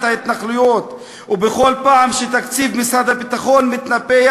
ההתנחלויות ובכל פעם שתקציב משרד הביטחון מתנפח.